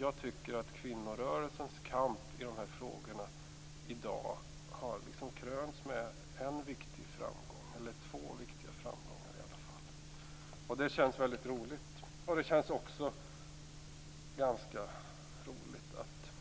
Jag tycker att kvinnorörelsens kamp i dessa frågor har krönts med två viktiga framgångar i dag. Det känns väldigt roligt. Det känns också ganska roligt att